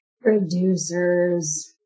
Producers